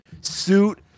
Suit